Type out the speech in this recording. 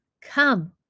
Come